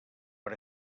per